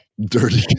Dirty